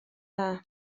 dda